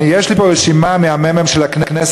יש לי פה רשימה מהממ"מ של הכנסת,